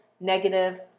negative